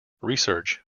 research